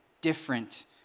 different